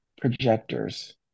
Projectors